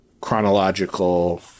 chronological